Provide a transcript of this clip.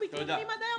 מתלוננים עד היום.